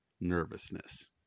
nervousness